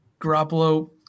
Garoppolo